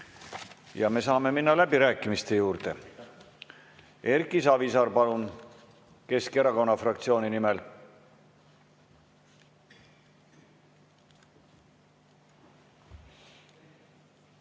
Me saame minna läbirääkimiste juurde. Erki Savisaar, palun, Keskerakonna fraktsiooni nimel!